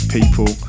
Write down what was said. People